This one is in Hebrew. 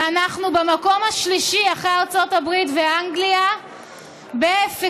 ואנחנו במקום השלישי אחרי ארצות הברית ואנגליה באפקטיביות.